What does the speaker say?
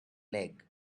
leg